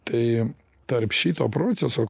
tai tarp šito proceso